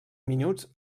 minuts